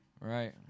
Right